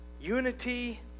unity